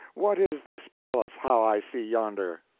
what is this palace how i see yonder?